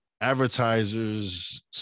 advertisers